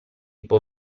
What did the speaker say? può